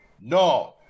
No